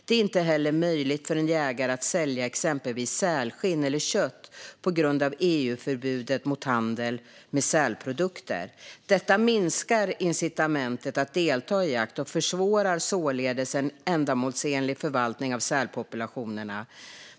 Det är inte heller möjligt för en jägare att sälja exempelvis sälskinn eller kött på grund av EU-förbudet mot handel med sälprodukter. Detta minskar incitamentet att delta i jakt och försvårar således en ändamålsenlig förvaltning av sälpopulationerna.